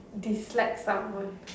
dislike someone